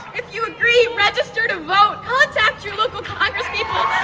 you agree, register to vote, contact your local congress people